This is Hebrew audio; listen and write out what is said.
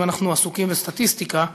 אם אנחנו עסוקים בסטטיסטיקה,